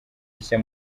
bishya